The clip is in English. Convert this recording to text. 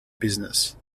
business